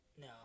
No